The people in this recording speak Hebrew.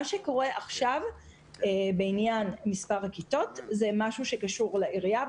מה שקורה עכשיו בעניין מספר הכיתות קשור לעירייה,